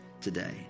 today